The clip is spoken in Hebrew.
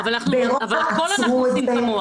באירופה עצרו את זה,